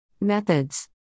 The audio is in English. Methods